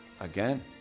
again